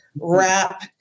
wrap